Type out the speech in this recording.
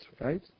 right